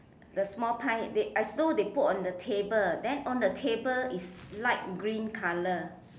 the small pie the as though they put on the table and the table is light green colour